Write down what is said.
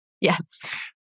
Yes